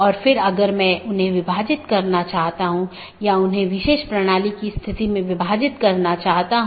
network layer reachability की जानकारी जिसे NLRI के नाम से भी जाना जाता है